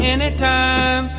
Anytime